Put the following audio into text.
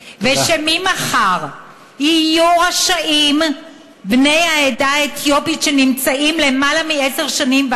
וממחר יהיו רשאים בני העדה האתיופית שנמצאים כאן יותר מעשר שנים,